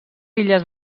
illes